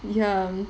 ya